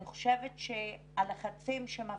אני חושבת שהלחצים שמפעילים,